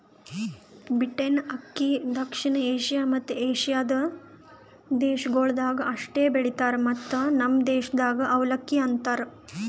beaten ಅಕ್ಕಿ ದಕ್ಷಿಣ Asia ಮತ್ತ ಏಷ್ಯಾದ ದೇಶಗೊಳ್ದಾಗ್ ಅಷ್ಟೆ ಬೆಳಿತಾರ್ ಮತ್ತ ನಮ್ ದೇಶದಾಗ್ ಅವಲಕ್ಕಿ ಅಂತರ್